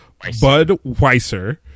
Budweiser